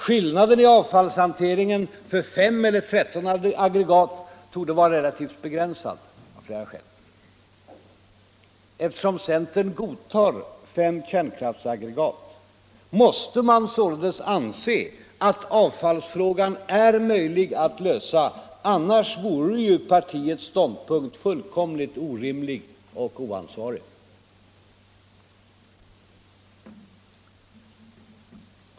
Skillnaden i avfallshanteringen för fem eller tretton aggregat torde vara relativt begränsad. Det säger han själv. Eftersom centern godtar fem kärnkraftsaggregat, måste man således anse att avfallsfrågan är möjlig att lösa, annars vore partiets ståndpunkt fullkomligt orimlig och oansvarig.